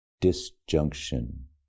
disjunction